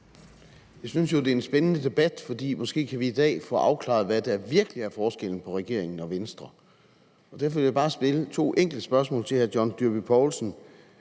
Jeg synes jo, at det er en spændende debat, for måske kan vi i dag få afklaret, hvad der i virkeligheden er forskellen på regeringen og Venstre. Derfor vil jeg bare stille to enkle spørgsmål til hr. John Dyrby Paulsen.